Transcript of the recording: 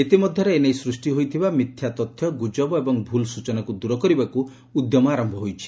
ଇତିମଧ୍ୟରେ ଏ ନେଇ ସୃଷ୍ଟି ହୋଇଥିବା ମିଥ୍ୟା ତଥ୍ୟ ଗୁଜବ ଏବଂ ଭୁଲ୍ ସୂଚନାକୁ ଦୂର କରିବାକୁ ଉଦ୍ୟମ ଆରମ୍ଭ ହୋଇଛି